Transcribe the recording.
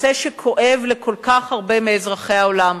נושא שכואב לכל כך הרבה מאזרחי העולם.